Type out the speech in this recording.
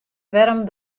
wêrom